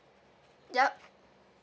yup